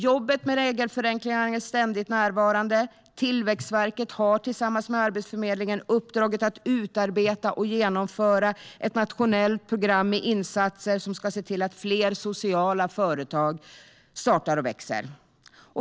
Jobbet med regelförenklingar är ständigt närvarande, och Tillväxtverket har tillsammans med Arbetsförmedlingen uppdraget att utarbeta och genomföra ett nationellt program med insatser som ska se till att fler sociala företag startar och växer.